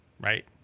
right